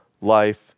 life